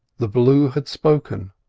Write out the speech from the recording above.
the blue had spoken,